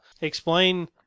explain